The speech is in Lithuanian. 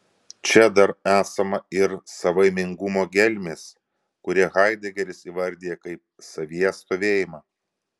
čia dar esama ir savaimingumo gelmės kurią haidegeris įvardija kaip savyje stovėjimą